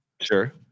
Sure